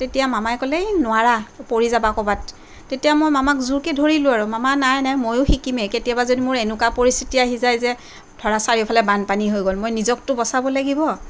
তেতিয়া মামাই ক'লে এই নোৱাৰা পৰি যাবা ক'ৰবাত তেতিয়া মই মামাক জোৰকে ধৰিলোঁ আৰু মামা নাই নাই মইয়ো শিকিমেই কেতিয়াবা যদি মোৰ এনেকুৱা পৰিস্থিতি আহি যায় যে ধৰা চাৰিওফালে বানপানী হৈ গ'ল মই নিজকটো বচাব লাগিব